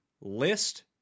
list